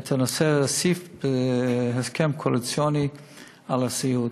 את הסעיף בהסכם הקואליציוני על הסיעוד,